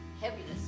heaviness